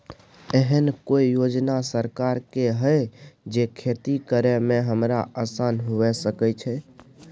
एहन कौय योजना सरकार के है जै खेती करे में हमरा आसान हुए सके छै?